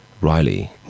Riley